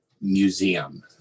museum